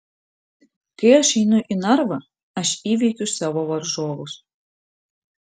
kai aš einu į narvą aš įveikiu savo varžovus